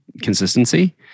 consistency